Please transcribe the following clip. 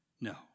No